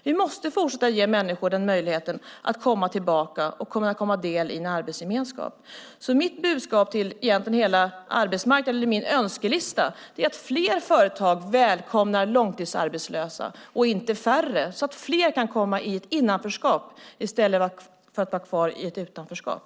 Vi måste fortsätta att ge människor en möjlighet att komma tillbaka och vara en del i en arbetsgemenskap. Min önskan är alltså att fler företag välkomnar långtidsarbetslösa och inte färre, så att fler kan komma i ett innanförskap i stället för att vara kvar i ett utanförskap.